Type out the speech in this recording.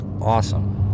awesome